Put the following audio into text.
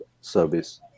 service